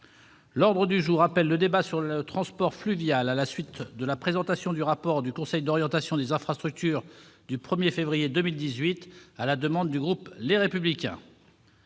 L'ordre du jour appelle le débat sur le transport fluvial à la suite de la présentation du rapport du Conseil d'orientation des infrastructures du 1 février 2018, organisé à la demande du groupe Les Républicains.